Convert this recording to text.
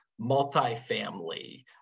multifamily